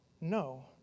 No